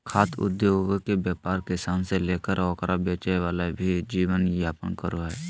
खाद्य उद्योगके व्यापार किसान से लेकर ओकरा बेचे वाला भी जीवन यापन करो हइ